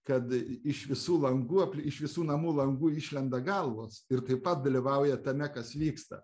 kad iš visų langų iš visų namų langų išlenda galvos ir taip pat dalyvauja tame kas vyksta